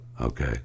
Okay